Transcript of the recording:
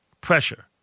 pressure